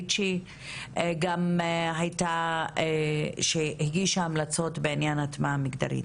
גם הגישה המלצות בעניין הטמעה מגדרית.